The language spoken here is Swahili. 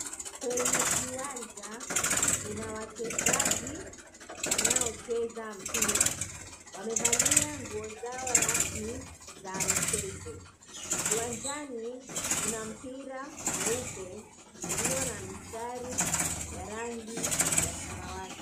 Kwenye kiwanja kuna wachezaji wanaocheza mpira, wamevalia nguo zao rasmi za mchezo, kiwanjani kuna mpira mweupe ulio na mstari ya rangi ya samawati.